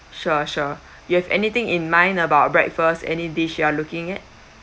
sure sure you have anything in mind about breakfast any dish you are looking at